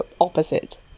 opposite